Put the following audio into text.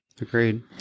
Agreed